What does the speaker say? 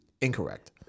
incorrect